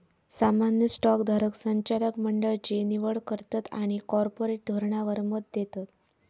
सामान्य स्टॉक धारक संचालक मंडळची निवड करतत आणि कॉर्पोरेट धोरणावर मत देतत